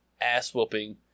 ass-whooping